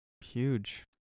Huge